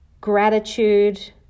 gratitude